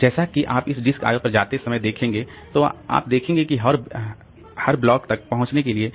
और जैसा कि आप इस डिस्क I O पर जाते समय देखेंगे तो आप देखेंगे कि हर ब्लॉक तक पहुँचने के लिए